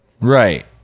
Right